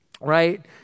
Right